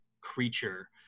creature